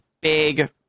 big